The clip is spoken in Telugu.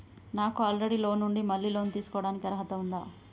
నాకు ఆల్రెడీ లోన్ ఉండి మళ్ళీ లోన్ తీసుకోవడానికి అర్హత ఉందా?